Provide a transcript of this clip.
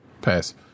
Pass